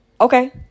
Okay